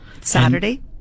Saturday